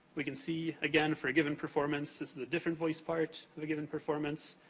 we can see, again, for a given performance, this is a different voice part of a given performance.